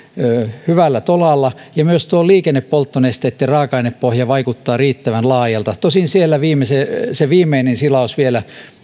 hyvällä tolalla ja myös liikennepolttonesteitten raaka ainepohja vaikuttaa riittävän laajalta tosin siellä se viimeinen silaus vielä